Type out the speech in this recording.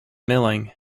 milling